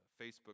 Facebook